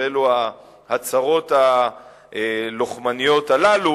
ואלו ההצהרות הלוחמניות הללו,